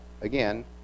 again